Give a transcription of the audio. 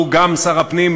הוא גם שר הפנים,